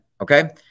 okay